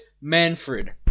Manfred